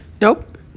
Nope